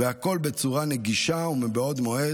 והכול בצורה נגישה ומבעוד מועד.